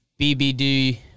BBD